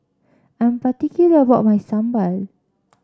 I'm particular about my sambal